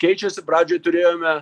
keičiasi pradžioj turėjome